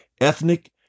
ethnic